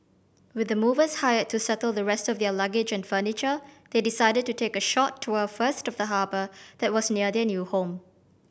with the movers hired to settle the rest of their luggage and furniture they decided to take a short tour first of the harbour that was near their new home